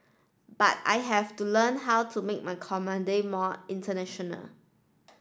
but I have to learn how to make my comedy more international